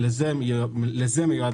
לזה מיועד